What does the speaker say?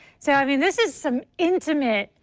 so i mean this is some intimate